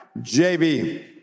JB